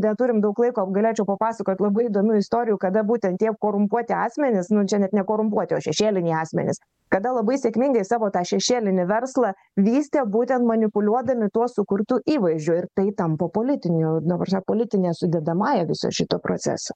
neturim daug laiko galėčiau papasakot labai įdomių istorijų kada būtent tie korumpuoti asmenys nu čia net ne korumpuoti o šešėliniai asmenys kada labai sėkmingai savo tą šešėlinį verslą vystė būtent manipuliuodami tuo sukurtu įvaizdžiu ir tai tampa politinių ta prasme politine sudedamąja viso šito proceso